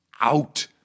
out